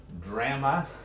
drama